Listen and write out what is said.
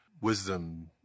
wisdom